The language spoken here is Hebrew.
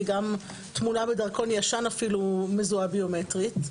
גם תמונה בדרכון ישן אפילו מזוהה ביומטרית,